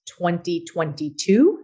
2022